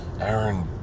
Aaron